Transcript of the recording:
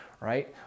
right